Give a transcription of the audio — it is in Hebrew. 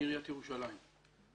עיריית ירושלים.